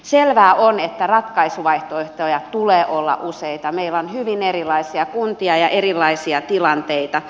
selvää on että ratkaisuvaihtoehtoja tulee olla useita meillä on hyvin erilaisia kuntia ja erilaisia tilanteita